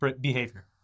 behavior